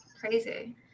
crazy